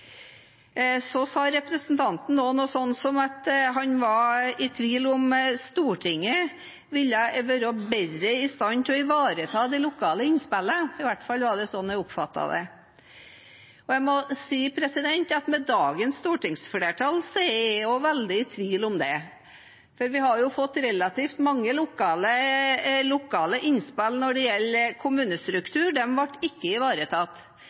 Så sa representanten også noe om at han var i tvil om hvorvidt Stortinget ville være bedre i stand til å ivareta det lokale innspillet – i hvert fall var det slik jeg oppfattet det. Jeg må si at med dagens stortingsflertall er også jeg veldig i tvil om det. Vi har jo fått relativt mange lokale innspill når det gjelder kommunestruktur – de ble ikke ivaretatt.